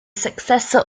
successor